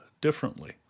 differently